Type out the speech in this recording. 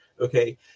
Okay